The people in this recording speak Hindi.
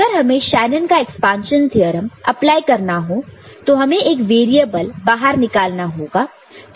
अगर हमें शेनन का एक्सपांशन थ्योरम अप्लाई करना हो तो हमें एक वेरिएबल बाहर निकालना होगा